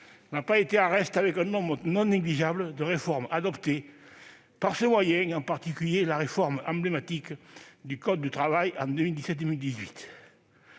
n'a pas été en reste, avec un nombre non négligeable de réformes adoptées par ce moyen, en particulier la réforme emblématique du code du travail en 2017-2018.